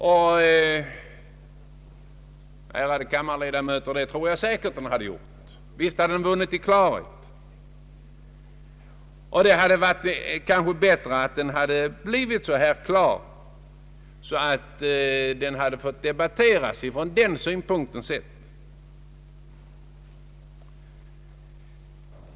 Och jag tror, ärade kammarledamöter, ganska säkert att den då hade vunnit i klarhet. Det hade kanske varit bättre att den blivit så klar och att den hade fått debatteras från den synpunkten sett.